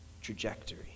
trajectory